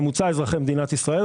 ממוצע אזרחי מדינת ישראל,